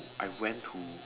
I went to